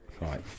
right